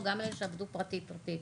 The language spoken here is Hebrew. גם אלה שעבדו באופן פרטי,